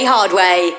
Hardway